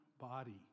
body